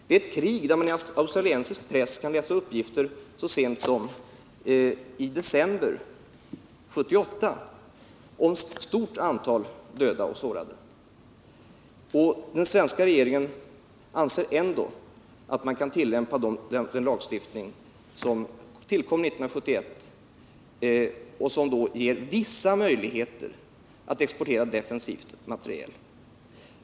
Det är ett krig om vilket man i australiensisk press så sent som i december 1978 kunde läsa uppgifter om ett stort antal döda och sårade. Ändå anser den svenska regeringen att man kan tillämpa den lagstiftning som tillkom 1971, och som ger vissa möjligheter att exportera defensiv materiel.